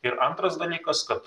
ir antras dalykas kad